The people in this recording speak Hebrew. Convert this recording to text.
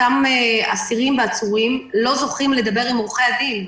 אותם אסירים ועצורים לא זוכים לדבר עם עורכי הדין.